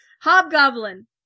Hobgoblin